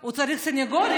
הוא צריך סנגור?